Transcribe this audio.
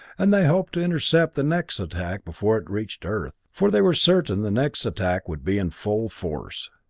and they hoped to intercept the next attack before it reached earth, for they were certain the next attack would be in full force.